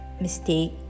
mistake